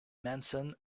manson